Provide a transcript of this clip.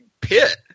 pit